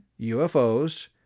UFOs